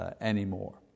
anymore